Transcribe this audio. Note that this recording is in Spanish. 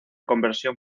conversión